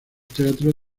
teatros